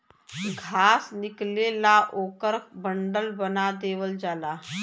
घास निकलेला ओकर बंडल बना देवल जाला